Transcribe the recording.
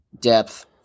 Depth